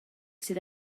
sydd